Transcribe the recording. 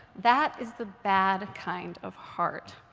that is the bad kind of hard.